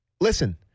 listen